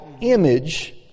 image